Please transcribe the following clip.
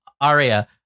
Aria